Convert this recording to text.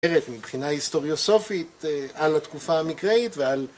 ‫מבחינה היסטוריוסופית ‫על התקופה המקראית ועל...